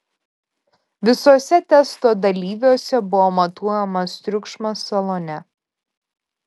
visuose testo dalyviuose buvo matuojamas triukšmas salone